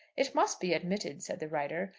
it must be admitted, said the writer,